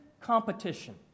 competition